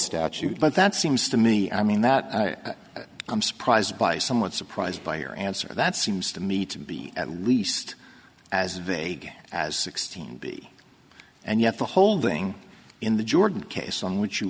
statute but that seems to me i mean that i'm surprised by somewhat surprised by your answer that seems to me to be at least as vague as sixteen b and yet the holding in the jordan case on which you